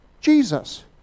Jesus